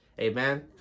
Amen